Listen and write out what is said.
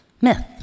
myth